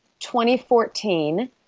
2014